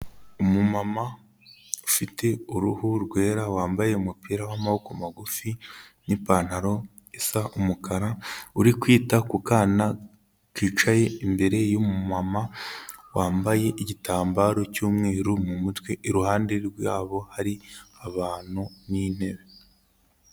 Umumama ufite uruhu rwera wambaye umupira w'amaboko magufi n'ipantaro isa umukara, uri kwita ku kana kicaye imbere y'umumama wambaye igitambaro cy'umweru mu mutwe, iruhande rwabo hari abantu n'intebe.